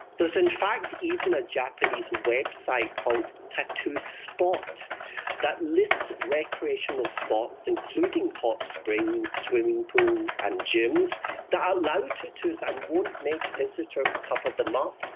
there is in fact even a japanese website called tattoo spot that lists recreational spots, including hot springs, swimming pools and gyms that allow tattoos and won't make visitors cover them up.